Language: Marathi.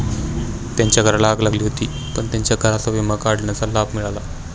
त्यांच्या घराला आग लागली होती पण त्यांना घराचा विमा काढण्याचा लाभ मिळाला